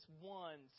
ones